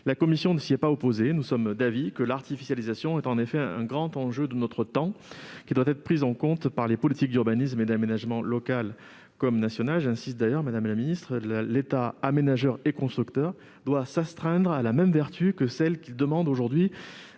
La commission ne s'y est pas opposée ; elle est d'avis que l'artificialisation est, en effet, un grand enjeu de notre temps, qui doit être pris en compte par les politiques d'urbanisme et d'aménagement, à l'échelon local comme national. J'y insiste d'ailleurs, madame la ministre, l'État aménageur et constructeur doit s'astreindre à la même vertu que celle qu'il exige des